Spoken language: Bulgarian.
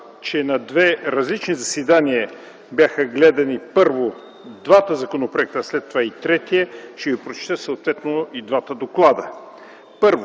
че на две различни заседания бяха разгледани, първо, двата законопроекта, а след това и третият, ще Ви прочета съответно и двата доклада.